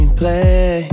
play